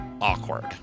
Awkward